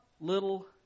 little